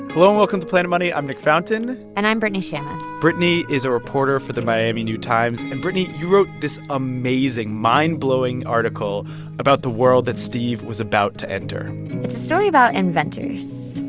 hello, and welcome to planet money. i'm nick fountain and i'm brittany shammas brittany is a reporter for the miami new times. and brittany, you wrote this amazing, mindblowing article about the world that steve was about to enter it's a story about inventors.